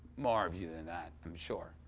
more of you than that, i'm sure.